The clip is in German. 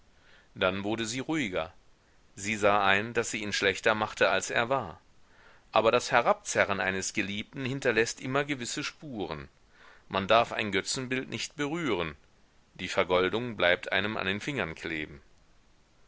dann wurde sie ruhiger sie sah ein daß sie ihn schlechter machte als er war aber das herabzerren eines geliebten hinterläßt immer gewisse spuren man darf ein götzenbild nicht berühren die vergoldung bleibt einem an den fingern kleben